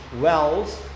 wells